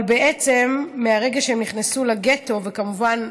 אבל בעצם, מהרגע שהם נכנסו לגטו, וכמובן,